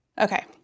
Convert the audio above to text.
Okay